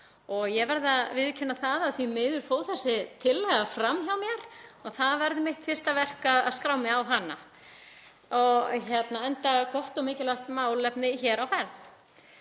Ég verð að viðurkenna að því miður fór þessi tillaga fram hjá mér og það verður mitt fyrsta verk að skrá mig á hana á enda gott og mikilvægt málefni hér á ferð.